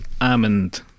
almond